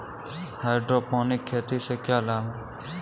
Hydroponic खेती से क्या लाभ हैं?